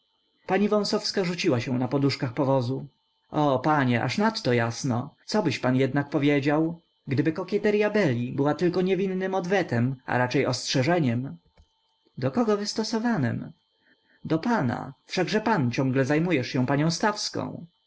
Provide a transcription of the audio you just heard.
pani wąsowska rzuciła się na poduszkach powozu o panie aż nadto jasno cobyś pan jednak powiedział gdyby kokieterya beli była tylko niewinnym odwetem a raczej ostrzeżeniem do kogo wystosowanem do pana wszakże pan ciągle zajmujesz się panią stawską